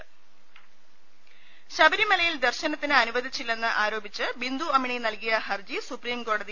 രദേഷ്ടെടു ശബരിമലയിൽ ദർശനത്തിന് അനുവദിച്ചില്ലെന്ന് ആരോപിച്ച് ബിന്ദു അമ്മിണി നൽകിയ ഹർജി സുപ്രീംകോടതി